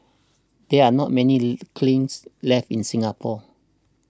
there are not many Lee kilns left in Singapore